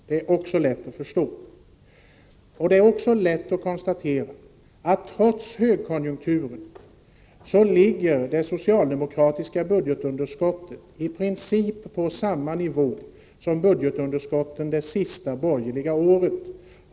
Det är också lätt att konstatera att trots högkonjunkturen ligger det socialdemokratiska budgetunderskottet i princip på samma nivå som budgetunderskottet det senaste borgerliga året.